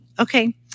Okay